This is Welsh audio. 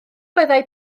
byddai